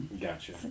Gotcha